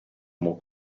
more